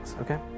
okay